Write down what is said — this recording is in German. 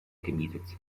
gemietet